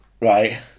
Right